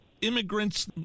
immigrants